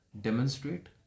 demonstrate